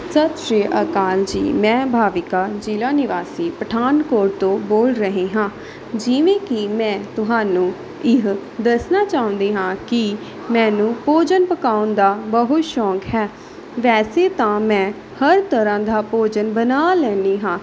ਸਤਿ ਸ਼੍ਰੀ ਅਕਾਲ ਜੀ ਮੈਂ ਭਾਵੀਕਾ ਜ਼ਿਲ੍ਹਾ ਨਿਵਾਸੀ ਪਠਾਨਕੋਟ ਤੋਂ ਬੋਲ ਰਹੀ ਹਾਂ ਜਿਵੇਂ ਕਿ ਮੈਂ ਤੁਹਾਨੂੰ ਇਹ ਦੱਸਣਾ ਚਾਹੁੰਦੀ ਹਾਂ ਕਿ ਮੈਨੂੰ ਭੋਜਨ ਪਕਾਉਣ ਦਾ ਬਹੁਤ ਸ਼ੌਂਕ ਹੈ ਵੈਸੇ ਤਾਂ ਮੈਂ ਹਰ ਤਰ੍ਹਾਂ ਦਾ ਭੋਜਨ ਬਣਾ ਲੈਂਦੀ ਹਾਂ